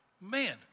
Man